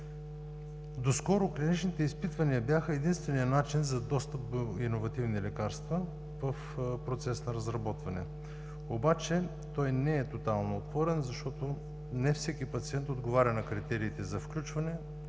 Доскоро клиничните изпитвания бяха единственият начин за достъп до иновативни лекарства в процес на разработване, но той не е тотално отворен, защото не всеки пациент отговаря на критериите за включване